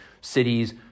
cities